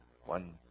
One